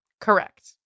Correct